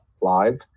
live